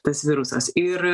tas virusas ir